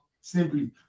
simply